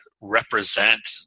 represent